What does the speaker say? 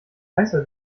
heißer